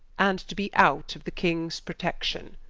and to be out of the kings protection.